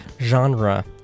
genre